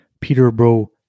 Peterborough